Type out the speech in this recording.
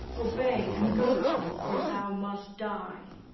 obey, and go with me for thou must die.